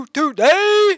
today